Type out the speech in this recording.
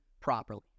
properly